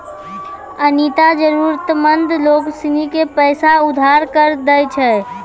अनीता जरूरतमंद लोग सिनी के पैसा उधार पर दैय छै